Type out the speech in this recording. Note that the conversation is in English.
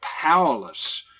powerless